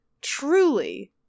truly